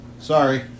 Sorry